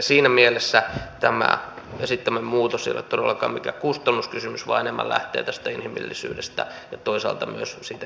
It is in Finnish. siinä mielessä tämä esittämämme muutos ei ole todellakaan mikään kustannuskysymys vaan enemmän lähtee tästä inhimillisyydestä ja toisaalta myös siitä järjenkäytöstä